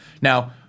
Now